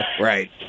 Right